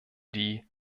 die